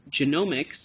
genomics